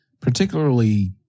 particularly